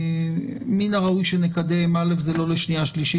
כרגע זה לא לשנייה ושלישית,